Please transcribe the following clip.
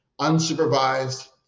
unsupervised